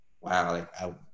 wow